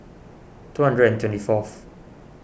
two hundred and twenty fourth